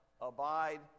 abide